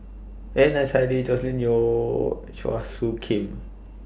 Adnan Saidi Joscelin Yeo and Chua Soo Khim